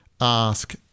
ask